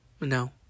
No